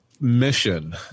mission